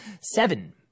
seven